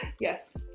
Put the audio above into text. Yes